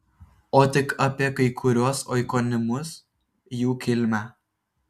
o tik apie kai kuriuos oikonimus jų kilmę